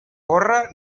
corre